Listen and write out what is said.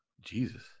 Jesus